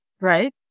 right